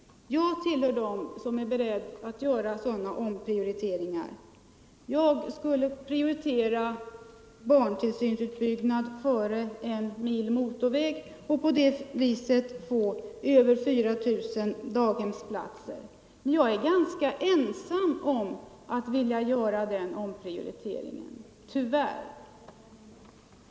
Jag tillhör dem som är beredda att göra sådana omprioriteringar. Jag vill prioritera barntillsynsutbyggnad före en mil ny motorväg och på det viset få över 4 000 daghemsplatser. Men jag är tyvärr ganska ensam om att vilja göra den omprioriteringen.